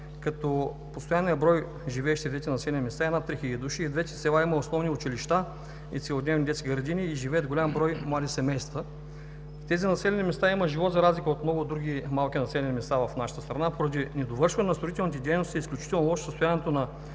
като постоянният брой на живеещите в двете населени места е над 3 хиляди души. И в двете села има основни училища и целодневни детски градини, живеят голям брой млади семейства. В тези населени места има живот, за разлика от много други малки населени места в нашата страна. Поради недовършване на строителните дейности е изключително лошо състоянието на